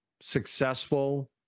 successful